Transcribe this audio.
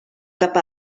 cap